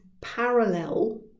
parallel